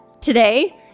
today